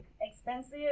expensive